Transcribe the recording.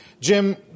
Jim